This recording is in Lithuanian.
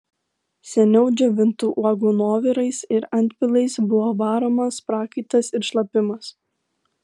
seniau džiovintų uogų nuovirais ir antpilais buvo varomas prakaitas ir šlapimas